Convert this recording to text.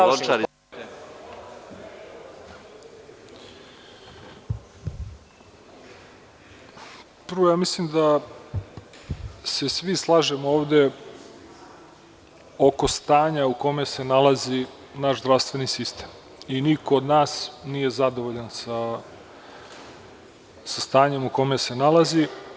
Prvo, mislim da se svi slažemo ovde oko stanja u kojem se nalazi naš zdravstveni sistem i niko od nas nije zadovoljan sa stanjem u kojem se nalazi.